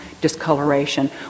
discoloration